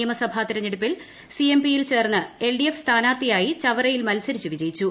നിയമസഭ തെരഞ്ഞെടുപ്പിൽ C M പിയിൽ ചേർന്ന് എൽ ഡി എഫ് സ്ഥാനാർഥിയായി ചവറയിൽ മത്സരിച്ചു വിജയിച്ചു